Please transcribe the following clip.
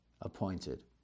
appointed